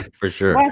for sure.